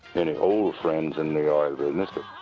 any old friends in the oil business.